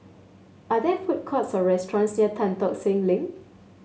are there food courts or restaurants near Tan Tock Seng Link